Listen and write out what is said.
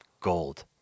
gold